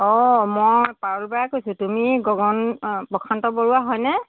অঁ মই পাৰুল বায়ে কৈছোঁ তুমি গগন প্ৰশান্ত বৰুৱা হয়নে